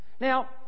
Now